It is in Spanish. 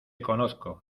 conozco